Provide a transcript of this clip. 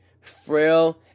frail